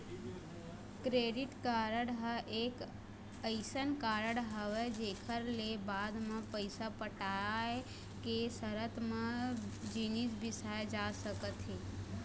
credit card ह एक अइसन कारड हरय जेखर ले बाद म पइसा पटाय के सरत म जिनिस बिसाए जा सकत हे